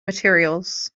materials